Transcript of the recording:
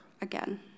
again